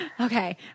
okay